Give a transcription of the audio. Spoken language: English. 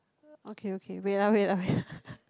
okay okay wait ah wait ah wait ah